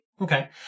Okay